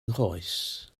nghoes